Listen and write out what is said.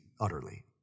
utterly